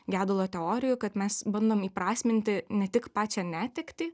gedulo teorijų kad mes bandom įprasminti ne tik pačią netektį